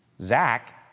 Zach